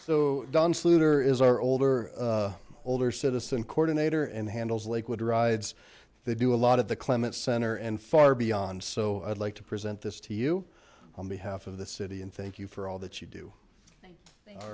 souter is our older older citizen korda nater and handles lakewood rides they do a lot of the climate center and far beyond so i'd like to present this to you on behalf of the city and thank you for all that you do